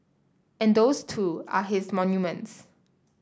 and those too are his monuments